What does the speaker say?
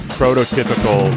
prototypical